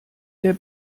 der